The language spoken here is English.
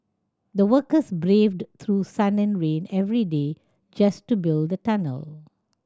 the workers braved through sun and rain every day just to build tunnel